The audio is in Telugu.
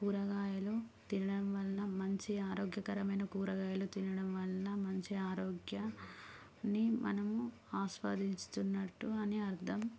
కూరగాయలు తినడం వల్ల మంచి ఆరోగ్యకరమైన కూరగాయలు తినడం వలన మంచి ఆరోగ్యాన్ని మనం ఆస్వాదిస్తున్నట్టు అని అర్థం